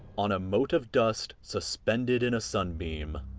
on a mote of dust suspended in a sunbeam.